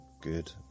good